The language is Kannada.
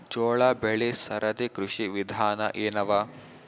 ಜೋಳ ಬೆಳಿ ಸರದಿ ಕೃಷಿ ವಿಧಾನ ಎನವ?